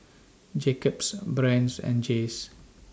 Jacob's Brand's and Jays